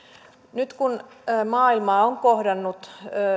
nyt kun maailmaa on kohdannut